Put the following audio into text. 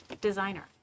designer